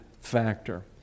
factor